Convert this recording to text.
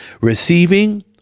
Receiving